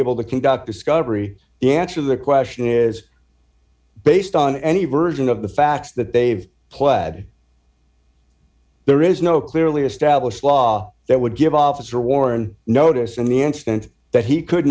able to conduct discovery the answer the question is based on any version of the facts that they've pled there is no clearly established law that would give officer warren notice in the instant that he could